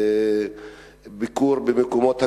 לביקור במקומות הקדושים,